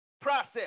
process